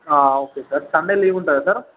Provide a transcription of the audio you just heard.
ఆ okay sir Sunday leave ఉంటుందా sir